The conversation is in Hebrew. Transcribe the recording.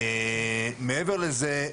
מעבר לזה,